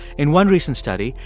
in one recent study,